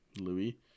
Louis